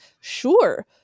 Sure